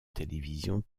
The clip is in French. télévision